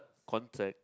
contract